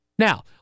Now